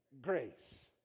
grace